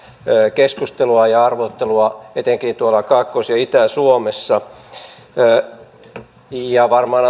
keskustelua ja arvuuttelua etenkin tuolla kaakkois ja itä suomessa varmaan